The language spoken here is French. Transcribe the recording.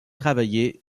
travailler